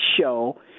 show